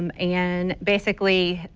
um and basically,